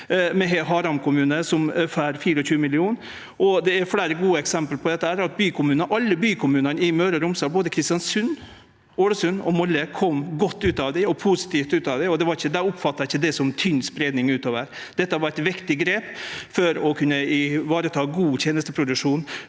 Haram kommune får 24 mill. kr. Det er fleire gode eksempel på dette. Alle bykommunane i Møre og Romsdal, både Kristiansund, Ålesund og Molde, kom godt og positivt ut av det, og dei oppfattar det ikkje som tynn spreiing utover. Dette var eit viktig grep for å kunne vareta god tenesteproduksjon